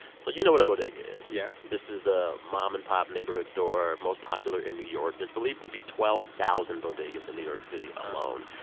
so you know what a bodega is? yeah this is a mom and pop neighborhood store, most popular in new york. there's believed to be twelve thousand bodegas in new york city alone.